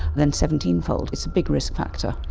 then seventeen fold. it's a big risk factor.